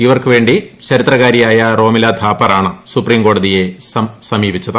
ഇവർക്ക് വേണ്ടി ചരിത്രകാരിയായ റോമിലഥാപ്പർ ആണ് സുപ്രീംകോടതിയെ സമർപ്പിച്ചത്